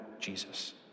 Jesus